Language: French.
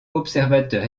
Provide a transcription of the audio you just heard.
observateur